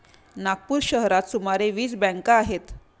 नागपूर शहरात सुमारे वीस बँका आहेत